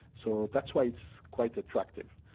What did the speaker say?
so that's why it's quite attractive.